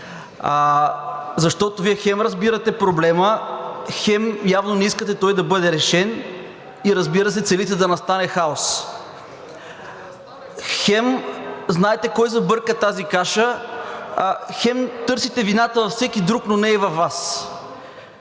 Защото Вие хем разбирате проблема, хем явно не искате той да бъде решен и, разбира се, целите да настане хаос. Хем знаете кой забърка тази каша, хем търсите вината във всеки друг, но не и във Вас.